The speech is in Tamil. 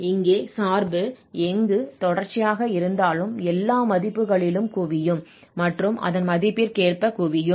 இங்கே சார்பு எங்கு தொடர்ச்சியாக இருந்தாலும் எல்லா மதிப்புகளிலும் குவியும் மற்றும் அதன் மதிப்பிற்க்கே குவியும்